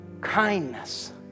kindness